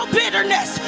bitterness